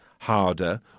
harder